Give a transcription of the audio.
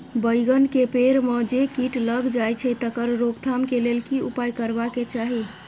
बैंगन के पेड़ म जे कीट लग जाय छै तकर रोक थाम के लेल की उपाय करबा के चाही?